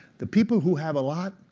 the people who have a lot,